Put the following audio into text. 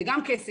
זה גם כסף,